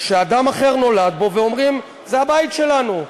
שאדם אחר נולד בו ואומרים: זה הבית שלנו",